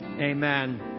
amen